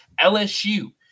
LSU